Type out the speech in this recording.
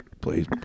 please